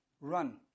run